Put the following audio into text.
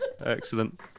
Excellent